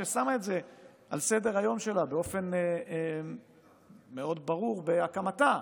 ששמה את זה על סדר-היום שלה באופן מאוד ברור בהקמתה?